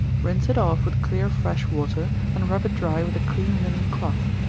rinse it off with clear fresh water, and rub it dry with a clean linen cloth.